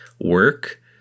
work